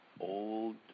old